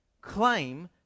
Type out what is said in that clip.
claim